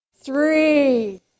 three